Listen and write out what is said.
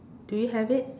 do you have it